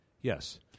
yes